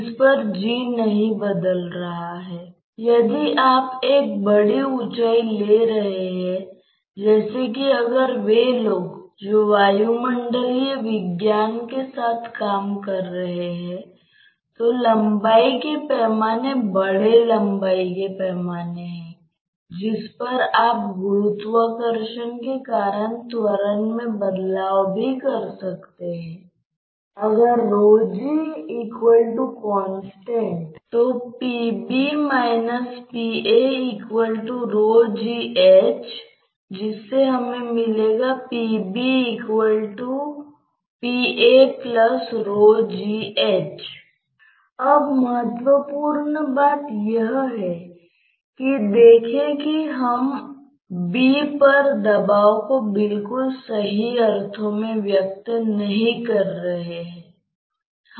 लेकिन जब आपको दिया जाता है जो कि अविभाज्य प्रवाह है तो आपकी अंतर्निहित धारणा यह है कि यह इस तरह का एक समान वेग प्रोफ़ाइल है